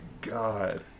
god